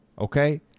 Okay